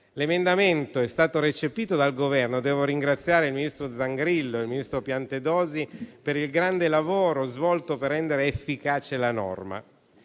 L'emendamento è stato recepito dal Governo e devo ringraziare il ministro Zangrillo e il ministro Piantedosi per il grande lavoro svolto per rendere efficace la norma.